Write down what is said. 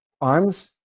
arms